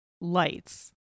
lights